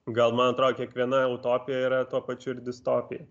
gal man atrodo kiekviena utopija yra tuo pačiu ir distopija